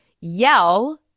yell